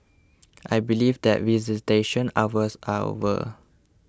I believe that visitation hours are over